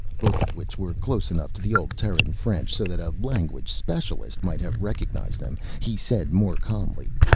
both of which were close enough to the old terran french so that a language specialist might have recognized them, he said, more calmly,